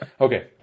Okay